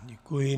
Děkuji.